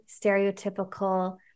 stereotypical